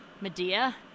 Medea